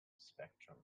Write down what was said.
spectrum